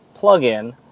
plugin